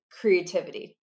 creativity